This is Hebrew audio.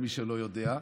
למי שלא יודע,